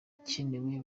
ibikenewe